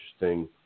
interesting